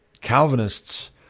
Calvinists